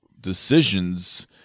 decisions